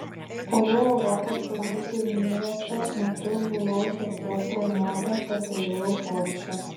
kovų europos taurių turnyruose metu buvau šiek tiek traumuotas tad turėjau poilsio